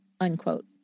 unquote